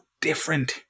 different